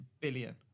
billion